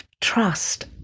trust